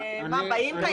באים תיירים?